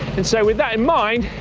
and so with that in mind,